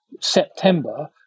September